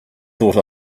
thought